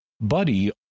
Buddy